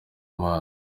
amazi